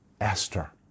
Esther